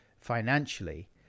financially